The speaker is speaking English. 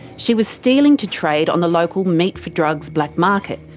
she was stealing to trade on the local meat-for-drugs black market,